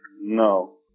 no